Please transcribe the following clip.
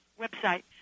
website